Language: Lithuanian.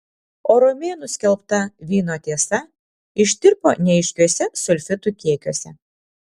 o romėnų skelbta vyno tiesa ištirpo neaiškiuose sulfitų kiekiuose